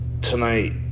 tonight